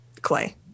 Clay